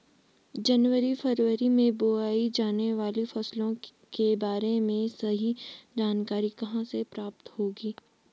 जनवरी फरवरी में बोई जाने वाली फसलों के बारे में सही जानकारी कहाँ से प्राप्त होगी?